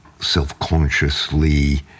self-consciously